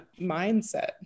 mindset